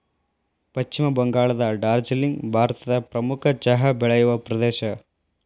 ಪಶ್ಚಿಮ ಬಂಗಾಳದ ಡಾರ್ಜಿಲಿಂಗ್ ಭಾರತದ ಪ್ರಮುಖ ಚಹಾ ಬೆಳೆಯುವ ಪ್ರದೇಶ